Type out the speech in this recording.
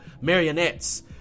marionettes